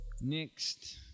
Next